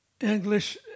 English